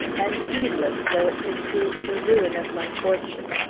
and heedless though it should prove the ruin of my fortune.